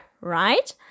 right